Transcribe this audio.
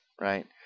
Right